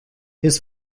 his